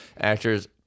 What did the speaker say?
actors